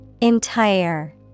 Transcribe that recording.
Entire